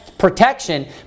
protection